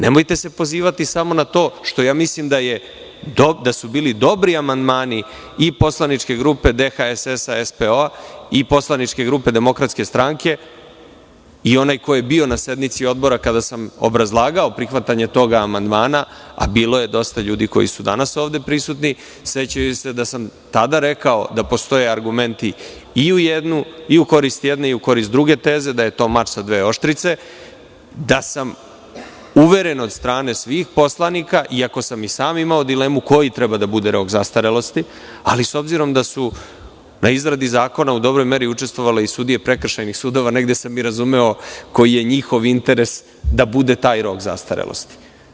Nemojte se pozivati samo na to što mislim da su bili dobri amandmani i poslaničke grupe DHSS-SPO i poslaničke grupe DS, i onaj ko je bio na sednici odbora kada sam obrazlagao prihvatanje tog amandmana, a bilo je dosta ljudi koji su danas ovde prisutni, seća se da sam tada rekao da postoje argumenti i u korist jedne i u korist druge teze, da je to mač sa dve oštrice i da sam uveren od strane svih poslanika, iako sam i sam imao dilemu koji treba da bude rok zastarelosti, ali s obzirom da su na izradi zakona u dobroj meri učestvovale i sudije prekršajnih sudova, negde sam i razumeo koji je njihov interes da bude taj rok zastarelosti.